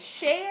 share